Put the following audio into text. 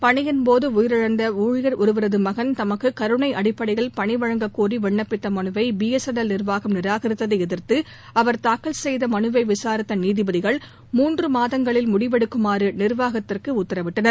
பணியின் போது உயிரிழந்த ஊழியர் ஒருவரது மகன் தமக்கு கருணை அடிப்படையில் பணி வழங்கக்கோரி விண்ணப்பித்த மனுவை பிஎஸ்என்எல் நிர்வாகம் நிராகரித்ததை எதிர்த்து அவர் தாக்கல் செய்த மனுவை விசாரித்த நீதிபதிகள் மூன்று மாதங்களில் முடிவெடுக்குமாறு நிர்வாகத்திற்கு உத்தரவிட்டனர்